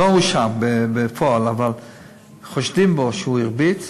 לא מואשם בפועל אבל חושדים בו שהוא הרביץ,